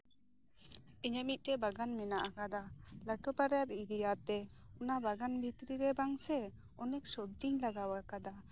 ᱤᱧᱟᱹᱜ ᱢᱤᱫᱴᱮᱱ ᱵᱟᱜᱟᱱ ᱢᱮᱱᱟᱜ ᱟᱠᱟᱫᱟ ᱞᱟᱹᱴᱩ ᱯᱟᱨᱟ ᱮᱨᱤᱭᱟᱛᱮ ᱚᱱᱟ ᱵᱟᱜᱟᱱ ᱵᱷᱤᱛᱨᱤᱨᱮ ᱵᱟᱝᱥᱮ ᱚᱱᱮᱠ ᱥᱚᱵᱡᱤᱧ ᱞᱟᱜᱟᱣ ᱟᱠᱟᱫᱟ